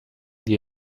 die